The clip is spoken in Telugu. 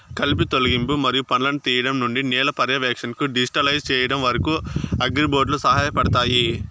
కలుపు తొలగింపు మరియు పండ్లను తీయడం నుండి నేల పర్యవేక్షణను డిజిటలైజ్ చేయడం వరకు, అగ్రిబోట్లు సహాయపడతాయి